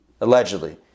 allegedly